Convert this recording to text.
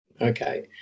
Okay